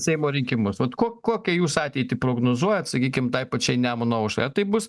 seimo rinkimus vat ko kokią jūs ateitį prognozuojat sakykim tai pačiai nemuno aušrai ar tai bus